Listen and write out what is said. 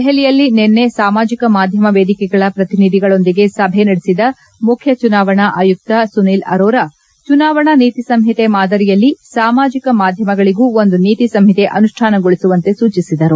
ದೆಹಲಿಯಲ್ಲಿ ನಿನ್ನೆ ಸಾಮಾಜಿಕ ಮಾಧ್ಯಮ ವೇದಿಕೆಗಳ ಪ್ರತಿನಿಧಿಗಳೊಂದಿಗೆ ಸಭೆ ನಡೆಸಿದ ಮುಖ್ಯ ಚುನಾವಣಾ ಆಯುಕ್ತ ಸುನೀಲ್ ಅರೋರಾ ಚುನಾವಣಾ ನೀತಿಸಂಹಿತೆ ಮಾದರಿಯಲ್ಲಿ ಸಾಮಾಜಿಕ ಮಾಧ್ಯಮಗಳಗೂ ಒಂದು ನೀತಿಸಂಹಿತೆ ಅನುಷ್ಠಾನಗೊಳಿಸುವಂತೆ ಸೂಚಿಸಿದರು